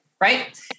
Right